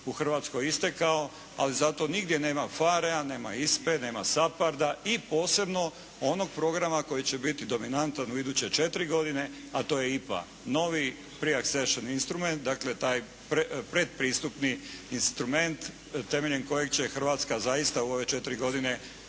u Hrvatskoj istekao, ali nigdje nema PHARE-a, nema ISPA-e, nema SAPARD-a i posebno onog programa koji će biti dominantan u iduće četiri godine, a to je IPA, novi Pre-Accession instrument, dakle taj pretpristupni instrument temeljem kojeg će Hrvatska zaista u ove četiri godine